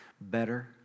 better